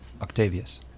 Octavius